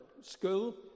school